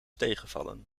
tegenvallen